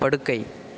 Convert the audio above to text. படுக்கை